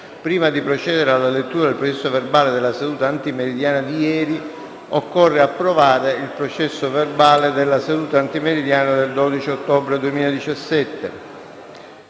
prima di procedere alla lettura del processo verbale della seduta antimeridiana di ieri, occorre approvare il processo verbale della seduta antimeridiana del 12 ottobre.